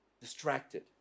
distracted